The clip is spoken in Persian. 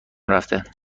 رفته